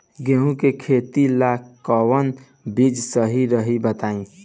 गेहूं के खेती ला कोवन बीज सही रही बताई?